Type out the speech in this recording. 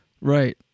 Right